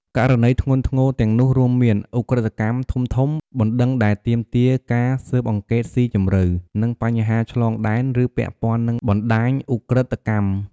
ករណីធ្ងន់ធ្ងរទាំងនោះរួមមាន ឧក្រិដ្ឋកម្មធំៗ បណ្តឹងដែលទាមទារការស៊ើបអង្កេតស៊ីជម្រៅ និងបញ្ហាឆ្លងដែន ឬពាក់ព័ន្ធនឹងបណ្តាញឧក្រិដ្ឋកម្ម។